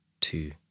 two